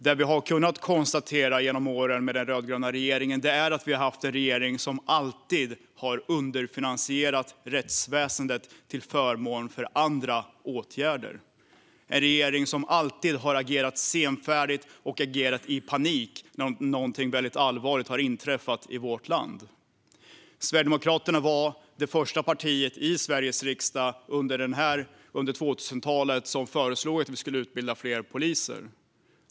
Det vi har kunnat konstatera under åren med den rödgröna regeringen är att vi har haft en regering som alltid har underfinansierat rättsväsendet till förmån för andra åtgärder, en regering som alltid har agerat senfärdigt och i panik när någonting väldigt allvarligt har inträffat i vårt land. Sverigedemokraterna var det första parti i Sveriges riksdag som under 2000-talet föreslog att vi skulle utbilda fler poliser.